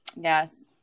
yes